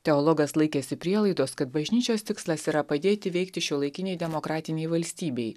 teologas laikėsi prielaidos kad bažnyčios tikslas yra padėti veikti šiuolaikinei demokratinei valstybei